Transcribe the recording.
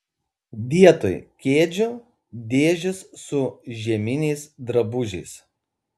vietoj kėdžių dėžės su žieminiais drabužiais